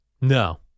No